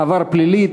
עבר פלילי),